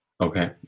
Okay